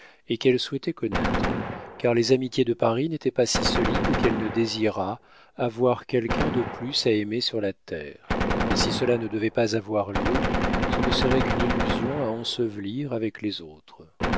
et qu'elle souhaitait connaître car les amitiés de paris n'étaient pas si solides qu'elle ne désirât avoir quelqu'un de plus à aimer sur la terre et si cela ne devait pas avoir lieu ce ne serait qu'une illusion à ensevelir avec les autres